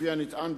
לפי הנטען,